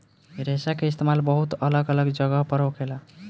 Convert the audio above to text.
रेशा के इस्तेमाल बहुत अलग अलग जगह पर होखेला